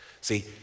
See